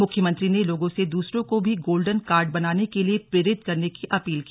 मुख्यमंत्री ने लोगों से दूसरों को भी गोल्डन कार्ड बनाने के लिए प्रेरित करने की अपील की